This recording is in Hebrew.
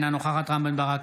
אינה נוכחת רם בן ברק,